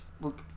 look